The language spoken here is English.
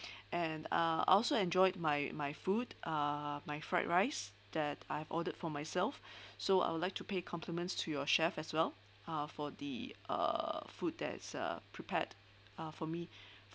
and uh I also enjoyed my my food uh my fried rice that I have ordered for myself so I would like to pay compliments to your chef as well uh for the uh food that's uh prepared uh for me